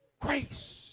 grace